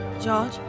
George